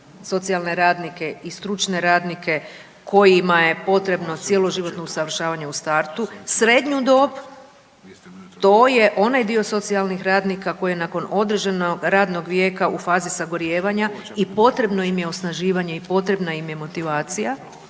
socijalne radnike i stručne radnike kojima je potrebno cjeloživotno usavršavanje u startu. Srednju dob, to je onaj dio socijalnih radnika koji nakon određenog radnog vijeka u fazi sagorijevanja i potrebno im je osnaživanje i potrebna im je motivacija